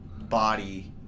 body